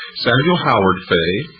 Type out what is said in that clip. samuel howard fay,